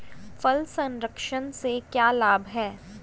फल संरक्षण से क्या लाभ है?